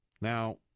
Now